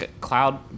cloud